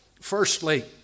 Firstly